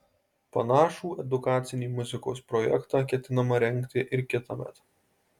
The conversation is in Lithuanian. panašų edukacinį muzikos projektą ketinama rengti ir kitąmet